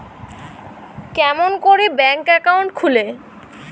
কেমন করি bank account খুলে?